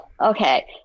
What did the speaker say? okay